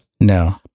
No